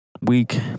week